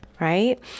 right